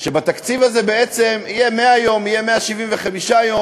שבתקציב הזה בעצם יהיו 100 יום, יהיו 175 יום.